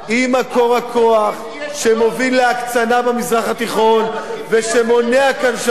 היא מקור הכוח שמוביל להקצנה במזרח התיכון ושמונע כאן שלום,